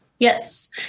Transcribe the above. Yes